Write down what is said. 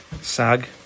Sag